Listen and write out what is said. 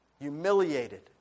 Humiliated